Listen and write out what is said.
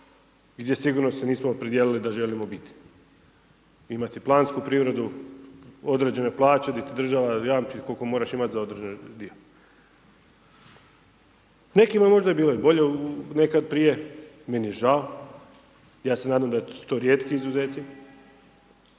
gdje sigurno se nismo opredijelili da želimo biti, imati plansku privredu, određene plaće gdje ti država jamči koliko moraš imati za određeni dio. Nekima je možda i bilo bolje nekad prije, meni je žao, ja se nadam da su to rijetki izuzeci,